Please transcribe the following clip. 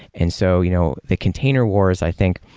and so you know the container wars, i think,